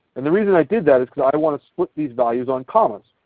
and the reason i did that is i want to split these values on commas.